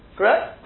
Correct